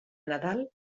nadal